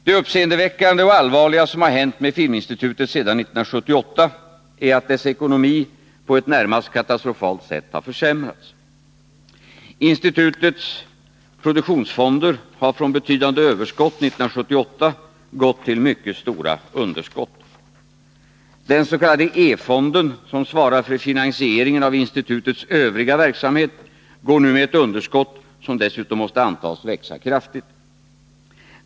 Det uppseendeväckande och allvarliga som har hänt med Filminstitutet sedan 1978 är att dess ekonomi på ett närmast katastrofalt sätt har försämrats. Institutets produktionsfonder har från betydande överskott 1978 gått till mycket stora underskott. Den s.k. E-fonden, som svarar för finansieringen av institutets övriga verksamhet, går nu med ett underskott, som dessutom måste antas växa kraftigt.